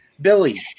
Billy